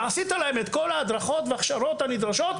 ושעשו להם את כל ההדרכות וההכשרות האפשריות,